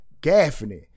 Gaffney